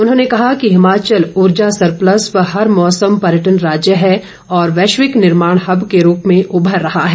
उन्होंने कहा कि हिमाचल प्रदेश ऊर्जा सरप्लस व हर मौसम पर्यटन राज्य है और वैश्विक निर्माण हब के रूप में उमर रहा है